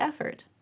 effort